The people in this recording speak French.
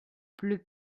pleut